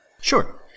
Sure